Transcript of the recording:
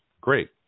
Great